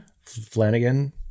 flanagan